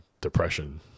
depression